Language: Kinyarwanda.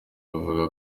buvuga